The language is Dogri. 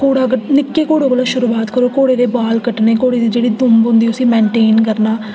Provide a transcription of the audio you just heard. घोड़े पर निक्के घोड़े कोह्लां शुरूआत करो बाल कट्टने घोड़े दी जेह्ड़ी दुंब होंदी उसी मेन्टेन करना